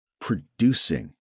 producing